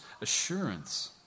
assurance